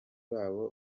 babo